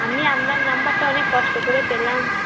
আমি আপনার নাম্বারটা অনেক কষ্ট করে পেলাম